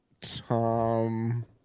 Tom